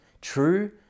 true